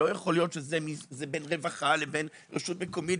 לא יוכל להיות שזה יהיה בין הרווחה לבין רשות מקומית,